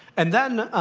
and then,